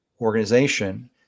organization